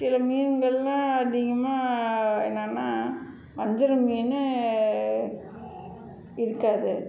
சில மீன்கள் எல்லாம் அதிகமாக என்னான்னா வஞ்சரம் மீன் இருக்காது